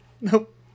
Nope